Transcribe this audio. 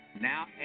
Now